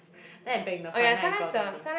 then I bang the front then I gone already